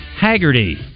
Haggerty